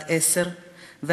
בת עשר,